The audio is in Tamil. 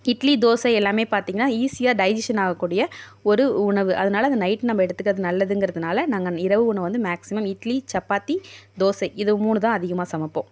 இட்லி தோசை எல்லாமே பார்த்திங்கன்னா ஈஸியாக டைஜிஷன் ஆகக்கூடிய ஒரு உணவு அதனால அது நைட் நம்ப எடுத்துக்கறது நல்லதுங்கறதுனால் நாங்கள் இரவு உணவு வந்து மேக்ஸிமம் இட்லி சப்பாத்தி தோசை இது மூணு தான் அதிகமாக சமைப்போம்